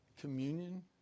communion